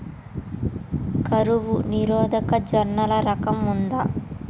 కరువు నిరోధక జొన్నల రకం ఉందా?